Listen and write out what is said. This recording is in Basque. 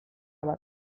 bat